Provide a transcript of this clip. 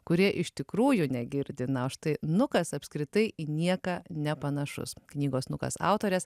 kurie iš tikrųjų negirdi na o štai nukas apskritai į nieką nepanašus knygos nukas autorės